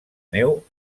neu